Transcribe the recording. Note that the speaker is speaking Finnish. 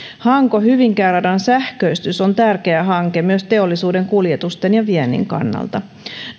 hanko hyvinkää radan sähköistys on tärkeä hanke myös teollisuuden kuljetusten ja viennin kannalta